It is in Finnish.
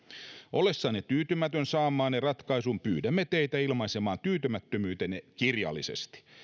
ollessanne tyytymätön saamaanne ratkaisuun pyydämme teitä ilmaisemaan tyytymättömyytenne kirjallisesti